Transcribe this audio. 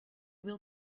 will